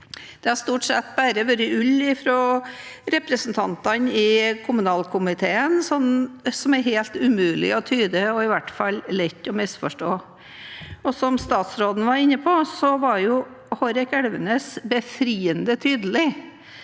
Det har stort sett bare vært ull fra representantene i kommunalkomiteen, som er helt umulig å tyde, og i hvert fall lett å misforstå. Som statsråden var inne på, var Hårek Elvenes befriende tydelig.